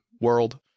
world